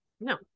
no